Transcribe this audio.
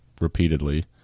repeatedly